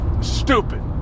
stupid